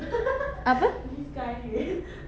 apa